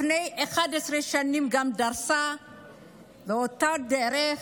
לפני 11 שנים דרסה באותה דרך,